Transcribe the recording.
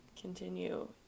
continue